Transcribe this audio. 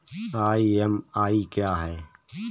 EMI क्या है?